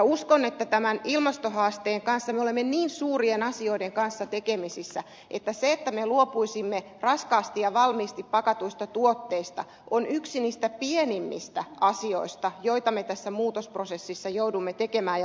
uskon että tämän ilmastohaasteen kanssa me olemme niin suurien asioiden kanssa tekemisissä että se että me luopuisimme raskaasti ja valmiiksi pakatuista tuotteista on yksi niistä pienimmistä ja vähiten haitallisista asioista joita me tässä muutosprosessissa joudumme tekemään